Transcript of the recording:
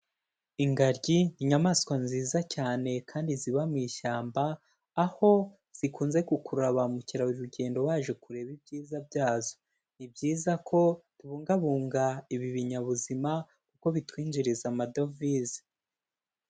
Ingaryi inyamaswa nziza cyane kandi ziba mu ishyamba, aho zikunze gukurura ba mukerarugendo baje kureba ibyiza byazo. Ni byiza ko tubungabunga ibi binyabuzima kuko bitwinjiriza amadovize.